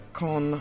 con